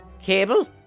Cable